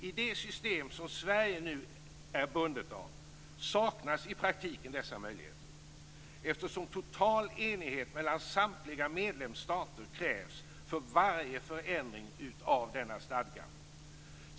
I det system som Sverige nu är bundet av saknas i praktiken dessa möjligheter, eftersom total enighet mellan samtliga medlemsstater krävs för varje förändring av denna stadga.